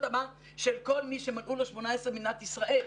הבנק של כל מי שמלאו לו 18 במדינת ישראל.